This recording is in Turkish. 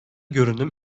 görünüm